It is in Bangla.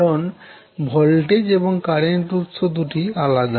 কারন ভোল্টেজ এবং কারেন্ট উৎস দুটি আলাদা